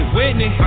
Whitney